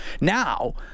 Now